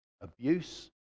abuse